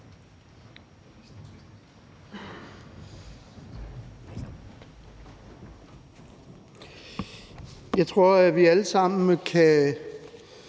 Jeg tror, at vi alle sammen kan